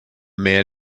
man